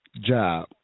job